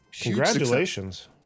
congratulations